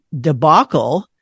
debacle